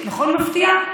נכון מפתיע?